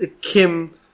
Kim